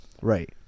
Right